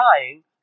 dying